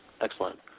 Excellent